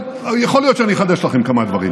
יכול להיות שאני אחדש לכם כמה דברים.